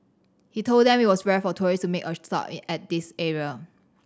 he told them it was rare for tourists to make a stop at this area